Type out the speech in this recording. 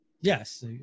Yes